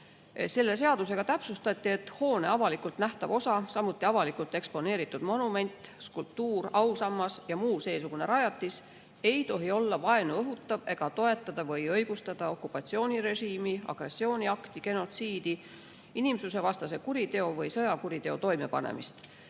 Selle seadusega täpsustati, et hoone avalikult nähtav osa, samuti avalikult eksponeeritud monument, skulptuur, ausammas ja muu seesugune rajatis ei tohi olla vaenu õhutav ega toetada või õigustada okupatsioonirežiimi, agressiooniakti, genotsiidi, inimsusevastase kuriteo või sõjakuriteo toimepanemist.